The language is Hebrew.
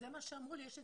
זה משהו שמצריך